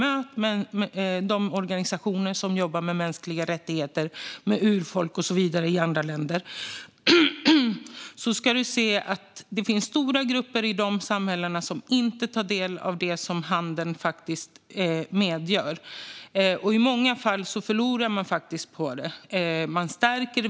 Möt de organisationer som jobbar med mänskliga rättigheter, urfolk och så vidare i andra länder så ska du se att det finns stora grupper i dessa samhällen som inte får del av det som handeln ger. I många fall förlorar de faktiskt på den.